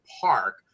park